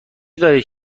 دارید